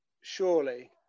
surely